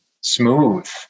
smooth